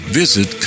visit